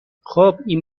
خوب، این